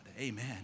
Amen